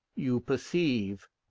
you perceive,